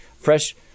fresh